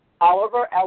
Oliver